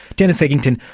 dennis eddington,